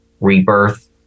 rebirth